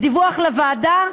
ודיווח לוועדה,